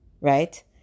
right